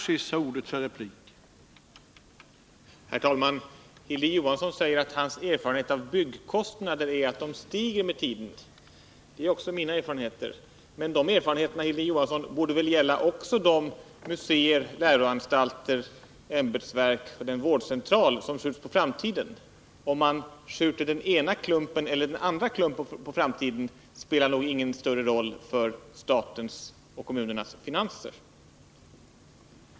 Herr talman! Hilding Johansson säger att hans erfarenhet av byggkostnader är att de stiger med tiden. Det är också mina erfarenheter. Men de erfarenheterna, Hilding Johansson, borde väl gälla också museer, läroanstalter, ämbetsverk och den vårdcentral som skjuts på framtiden. Om man skjuter den ena klumpen eller den andra klumpen på framtiden spelar nog ingen större roll för statens och kommunernas finanser.